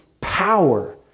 power